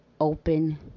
open